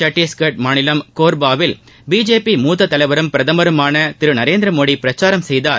சத்தீஸ்கர் மாநிலம் கொர்பாவில் பிஜேபி மூத்த தலைவரும் பிரதமருமான திரு நரேந்திர மோடி பிரச்சாரம் செய்தார்